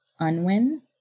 Unwin